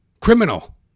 criminal